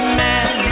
man